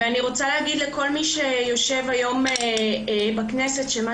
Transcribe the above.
אני רוצה להגיד לכל מי שיושב היום בכנסת שמה